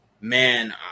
man